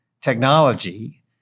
technology